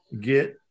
Get